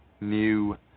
new